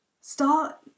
Start